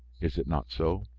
is it not so?